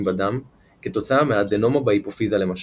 בדם כתוצאה מאדנומה בהיפופיזה למשל.